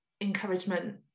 encouragement